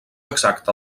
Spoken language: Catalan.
exacta